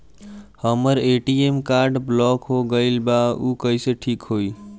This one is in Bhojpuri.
हमर ए.टी.एम कार्ड ब्लॉक हो गईल बा ऊ कईसे ठिक होई?